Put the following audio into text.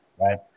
right